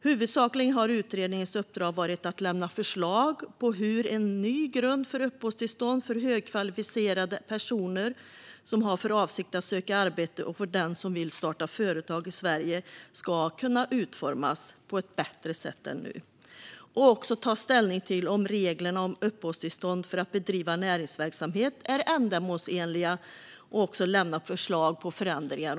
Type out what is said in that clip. Huvudsakligen har utredningens uppdrag varit att lämna förslag på hur en ny grund för uppehållstillstånd för högkvalificerade personer som har för avsikt att söka arbete och för den som vill starta företag i Sverige ska kunna utformas på ett bättre sätt än nu. Vidare ska utredningen ta ställning till om reglerna för uppehållstillstånd för att bedriva näringsverksamhet är ändamålsenliga och om det behöver lämnas förslag till förändringar.